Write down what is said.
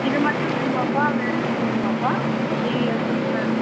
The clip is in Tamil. இது மட்டும் வேணுமாப்பா வேற எதுவும் வேணுமாப்பா மெட்டீரியல் சுடிதாரு